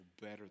better